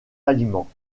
aliments